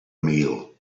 meal